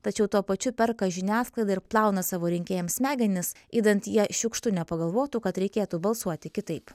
tačiau tuo pačiu perka žiniasklaidą ir plauna savo rinkėjams smegenis idant jie šiukštu nepagalvotų kad reikėtų balsuoti kitaip